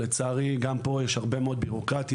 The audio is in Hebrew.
לצערי גם פה יש הרבה מאוד בירוקרטיה,